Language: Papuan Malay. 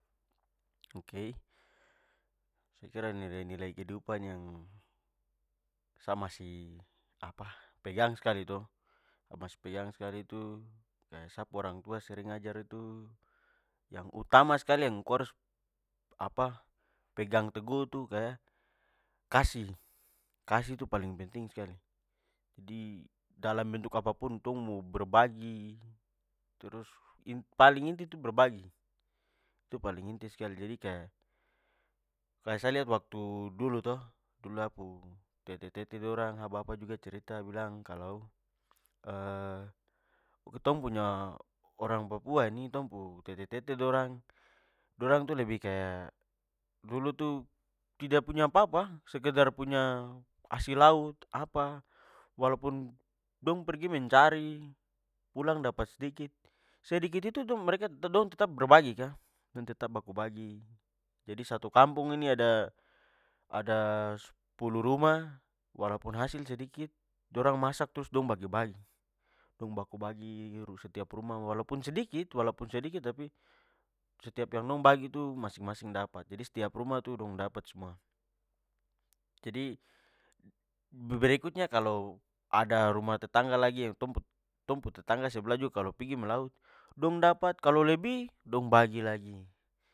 Okey, sa kira nilai-nilai kehidupan yang sa masih apa pegang skali to, sa masih pegang skali tu kaya sa pu orang tua sering ajar tu, yang utama skali yang ko harus apa pegang teguh itu kaya kasih. Kasih itu paling penting skali. Jadi, dalam bentuk apa pun tong mo bagi trus, paling inti tu berbagi. Itu paling inti skali, jadi kaya kaya- sa lihat waktu dulu to, dulu sa pu tete-tete dorang, sa pu bapa juga cerita, bilang kalo tong punya orang papua ini, tong punya tete-tete dorang. dorang tu lebih kaya dulu tu tidak punya apapa, sekedar punya hasil laut apa, walaupun dong pergi mencari pulang dapat sedikit, sedikit itu dong mereka dong tetap berbagi ka, dong tetap baku bagi. Jadi, satu kampung ini ada ada- sepuluh rumah, walaupun hasil sedikit, dorang masak trus dong bagi-bagi. Dong baku bai setiap rumah, walaupun sedikit walaupun sedikit- tapi setiap yang dong bagi itu masing-masing dapat. Jadi setiap rumah itu dong dapat semua. Jadi, berikutnya kalo ada rumah tetangga lagi yang tong pu tong pu- tetangga sebelah juga kalo pigi melaut, dong dapat, kalo lebih, dong bagi lagi